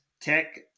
Tech